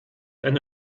eine